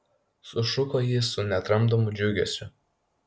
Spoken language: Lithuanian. sušuko ji su netramdomu džiugesiu